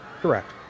Correct